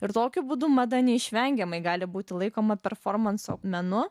ir tokiu būdu mada neišvengiamai gali būti laikoma performanso menu